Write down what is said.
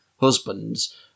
husbands